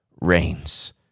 reigns